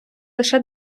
лише